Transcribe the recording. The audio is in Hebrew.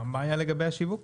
מה היה לגבי השיווק?